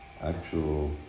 actual